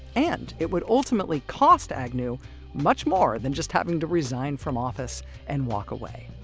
and it would ultimately cost agnew much more than just having to resign from office and walk away.